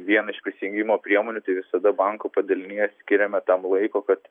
vieną iš prisijungimo priemonių tai visada banko padalinyje skiriama tam laiko kad